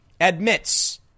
admits